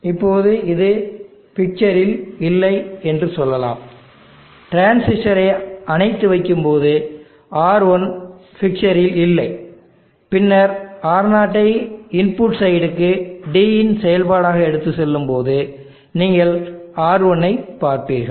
இப்போது இது பிக்சரில் இல்லை என்று சொல்லலாம் டிரான்சிஸ்டர் ஐ அணைத்து வைக்கும்போது R1 பிக்சரில் இல்லை பின்னர் R0 ஐ இன்புட் சைடுக்கு d இன் செயல்பாடாக எடுத்துச் செல்லும்போது நீங்கள் RT ஐப் பார்ப்பீர்கள்